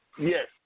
Yes